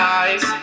eyes